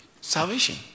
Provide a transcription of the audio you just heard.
Salvation